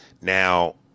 Now